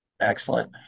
Excellent